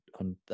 on